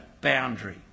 boundary